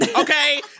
okay